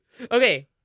Okay